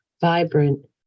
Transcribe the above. vibrant